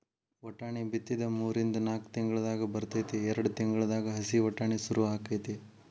ವಟಾಣಿ ಬಿತ್ತಿದ ಮೂರಿಂದ ನಾಕ್ ತಿಂಗಳದಾಗ ಬರ್ತೈತಿ ಎರ್ಡ್ ತಿಂಗಳದಾಗ ಹಸಿ ವಟಾಣಿ ಸುರು ಅಕೈತಿ